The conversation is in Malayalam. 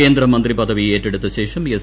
കേന്ദ്രമന്ത്രി പദവി ഏറ്റെടുത്തശേഷം എസ്